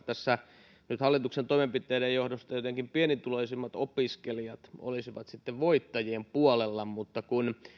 tässä nyt hallituksen toimenpiteiden johdosta jotenkin pienituloisimmat opiskelijat olisivat sitten voittajien puolella mutta kun